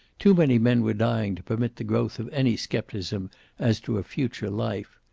too many men were dying to permit the growth of any skepticism as to a future life.